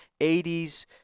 80s